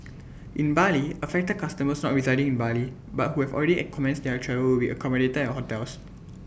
in Bali affected customers not residing in Bali but who have already at commenced their travel will be accommodated at hotels